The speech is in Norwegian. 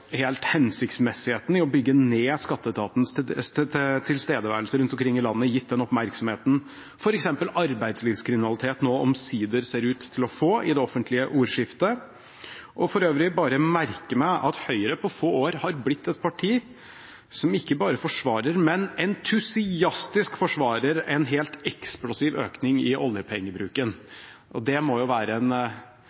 i å bygge ned Skatteetatens tilstedeværelse rundt omkring i landet, gitt den oppmerksomheten f.eks. arbeidslivskriminalitet nå omsider ser ut til å få i det offentlige ordskiftet. For øvrig merker jeg meg at Høyre på få år har blitt et parti som ikke bare forsvarer, men entusiastisk forsvarer, en helt eksplosiv økning i oljepengebruken.